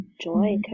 joy